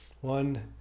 One